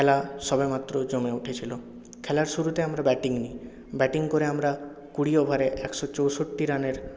খেলা সবেমাত্র জমে উঠেছিল খেলার শুরুতে আমরা ব্যাটিং নিই ব্যাটিং করে আমরা কুড়ি ওভারে একশো চৌষট্টি রানের